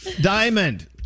Diamond